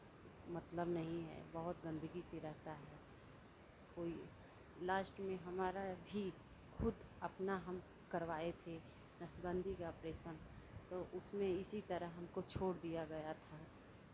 मतलब नहीं है बहुत गंदगी से रहता है कोई लास्ट में हमारा भी खुद अपना हम करवाये थे नसबंदी का ऑपरेशन तो उसमें इसी तरह हमको छोड़ दिया गया था